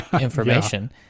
information